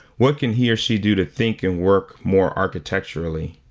what can he or she do to think and work more architecturally?